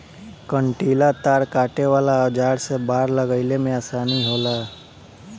कंटीला तार काटे वाला औज़ार से बाड़ लगईले में आसानी होला